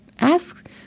Ask